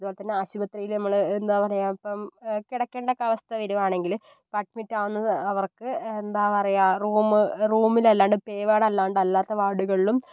അതുപോലെ തന്നെ ആശുപത്രിയിൽ നമ്മൾ എന്താ പറയുക ഇപ്പം കിടക്കേണ്ട ഒക്കെ അവസ്ഥ വരികയാണെങ്കിൽ ഇപ്പോൾ അഡ്മിറ്റാകുന്ന അവർക്ക് എന്താ പറയുക റൂം റൂമിലല്ലാണ്ട് പേ വാർഡ് അല്ലാണ്ട് അല്ലാത്ത വാർഡുകളിലും